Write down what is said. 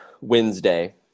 Wednesday